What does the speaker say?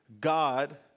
God